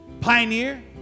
Pioneer